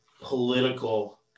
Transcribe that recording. political